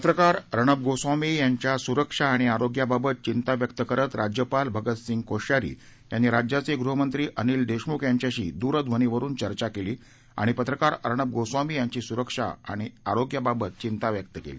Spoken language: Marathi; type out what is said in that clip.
पत्रकार अर्णब गोस्वामी यांच्या सुरक्षा आणि आरोग्याबाबत घिंता व्यक्त करत राज्यपाल भगतसिंह कोश्यारी यांनी राज्याचे गृहमंत्री अनिल देशमुख यांचेशी दूरध्वनीवरून चर्चा केली आणि पत्रकार अर्णब गोस्वामी यांची सुरक्षा आणि आरोग्याबाबत आपली चिंता व्यक्त केली